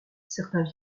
certains